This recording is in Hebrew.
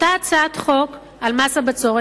שאותה הצעת חוק על מס הבצורת,